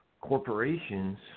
corporations